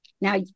Now